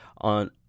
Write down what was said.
on